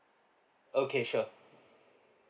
okay sure